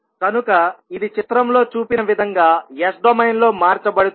కనుక ఇది చిత్రంలో చూపిన విధంగా s డొమైన్లో మార్చబడుతుంది